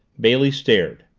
bailey stared.